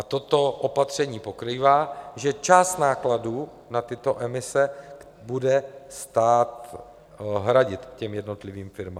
Toto opatření pokrývá, že část nákladů na tyto emise bude stát hradit těm jednotlivým firmám.